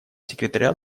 секретаря